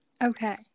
Okay